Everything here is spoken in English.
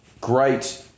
great